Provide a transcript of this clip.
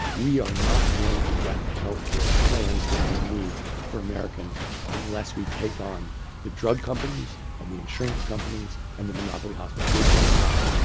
we are not going to get the health care plans that we need for americans unless we take on the drug companies, and the insurance companies, and the monopoly hospitals. we're just not.